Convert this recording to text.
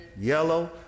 yellow